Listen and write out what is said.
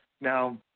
Now